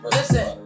Listen